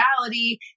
reality